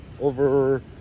over